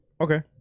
okay